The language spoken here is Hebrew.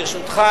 ברשותך,